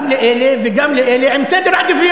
גם לאלה וגם לאלה,